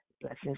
Blessings